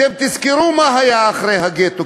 אתם תזכרו מה היה אחרי הגטו,